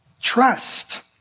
Trust